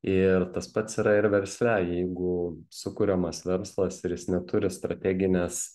ir tas pats yra ir versle jeigu sukuriamas verslas ir jis neturi strateginės